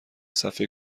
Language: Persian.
صفحه